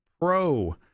pro